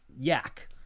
yak